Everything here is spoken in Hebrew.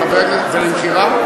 חבר הכנסת, זה למכירה.